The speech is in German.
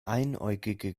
einäugige